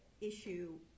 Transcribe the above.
issue